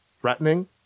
threatening